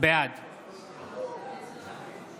בעד